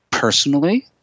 Personally